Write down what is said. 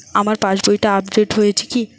আমার পাশবইটা আপডেট হয়েছে কি?